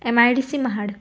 M I D C Mahad